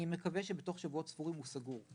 אני מקווה שבתוך שבועות ספורים הוא סגור.